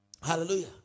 hallelujah